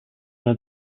una